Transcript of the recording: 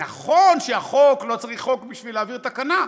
נכון שלא צריך חוק בשביל להעביר תקנה,